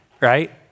right